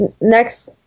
next